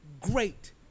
great